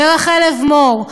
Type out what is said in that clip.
ורחל לבמור,